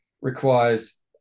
requires